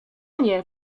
panie